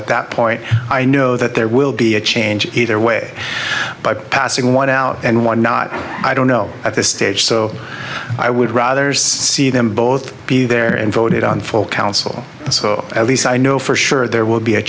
at that point i know that there will be a change either way by passing what out and what not i don't know at this stage so i would rather see them both be there and voted on full council so at least i know for sure there will be a